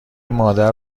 مادر